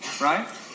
right